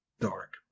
Dark